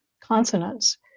consonants